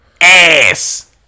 Ass